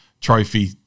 trophy